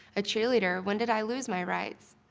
a cheerleader, when did i lose my rights?